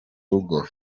rugo